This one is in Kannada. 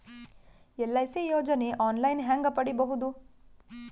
ಎಲ್.ಐ.ಸಿ ಯೋಜನೆ ಆನ್ ಲೈನ್ ಹೇಂಗ ಪಡಿಬಹುದು?